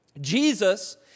Jesus